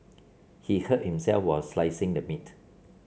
he hurt himself while slicing the meat